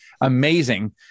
amazing